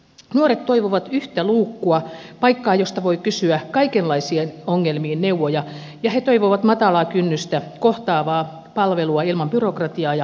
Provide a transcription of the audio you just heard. nuoret toivovat yhtä luukkua paikkaa josta voi kysyä kaikenlaisiin ongelmiin neuvoja ja he toivovat matalaa kynnystä kohtaavaa palvelua ilman byrokratiaa ja ajanvarausta